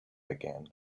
again